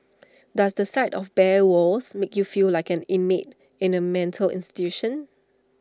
does the sight of bare walls make you feel like an inmate in A mental institution